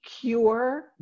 cure